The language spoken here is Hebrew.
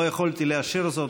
לא יכולתי לאשר זאת,